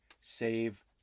save